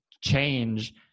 change